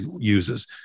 uses